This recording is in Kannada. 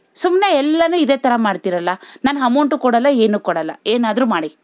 ಸುಮ್ಮನೆ ಎಲ್ಲವೂ ಇದೇ ಥರ ಮಾಡ್ತೀರಲ್ಲ ನನ್ನ ಹಮೌಂಟು ಕೊಡಲ್ಲ ಏನು ಕೊಡಲ್ಲ ಏನಾದರೂ ಮಾಡಿ